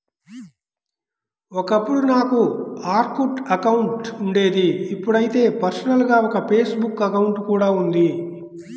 ఒకప్పుడు నాకు Orkut account ఉండేది ఇప్పుడైతే పర్సనల్ గా ఒక ఫేస్ బుక్ అకౌంట్ కూడా ఉంది